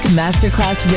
masterclass